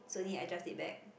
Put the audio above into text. so need adjust it back